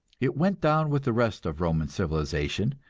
it went down with the rest of roman civilization,